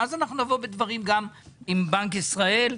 ואז נבוא בדברים גם עם בנק ישראל.